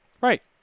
Right